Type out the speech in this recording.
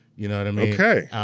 you know what i mean? okay,